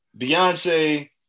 beyonce